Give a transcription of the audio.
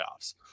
playoffs